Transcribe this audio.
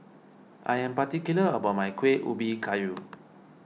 I am particular about my Kueh Ubi Kayu